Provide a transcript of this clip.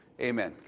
amen